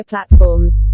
Platforms